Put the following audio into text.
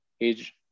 age